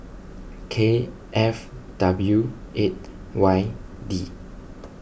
K F W eight Y D